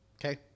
Okay